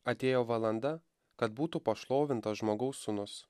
atėjo valanda kad būtų pašlovintas žmogaus sūnus